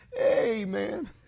Amen